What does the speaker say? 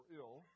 ill